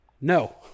no